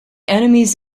enemies